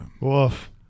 Woof